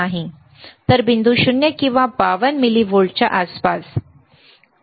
तर बिंदू 0 किंवा 52 मिलीव्होल्टच्या आसपास 9